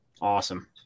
Awesome